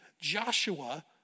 Joshua